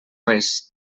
res